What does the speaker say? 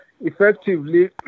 Effectively